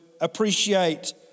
appreciate